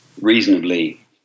reasonably